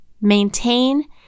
Maintain